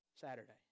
Saturday